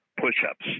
push-ups